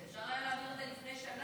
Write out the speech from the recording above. אפשר היה להעביר את זה גם לפני שנה.